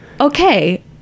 okay